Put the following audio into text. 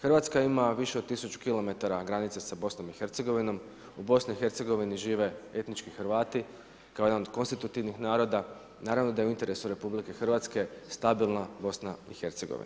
Hrvatska ima više od tisuću kilometara granice sa BIH, u BIH žive etnički Hrvati kao jedan od konstitutivnih naroda, naravno da je u interesu RH stabilna BIH.